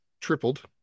tripled